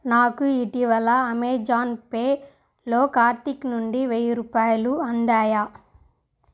నాకు ఇటీవల అమెజాన్ పేలో కార్తిక్ నుండి వెయ్యి రూపాయలు అందాయా